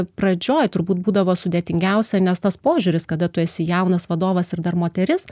pradžioj turbūt būdavo sudėtingiausia nes tas požiūris kada tu esi jaunas vadovas ir dar moteris